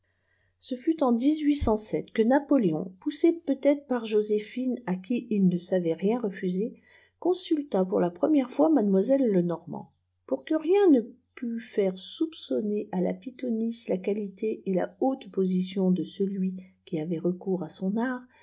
ce fut en que napoléon poussé peut-être par joséphine à qui il ne savait rien refuser consulta pour la première fois mademoiselle lenormant pour que rien ne pût faire soupçonner à la pythonisse la qualité et la haute position de celui qui avait recours à son art